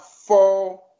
four